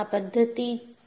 આ પદ્ધતિ છે